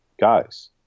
guys